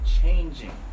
changing